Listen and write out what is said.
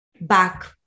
back